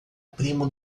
primo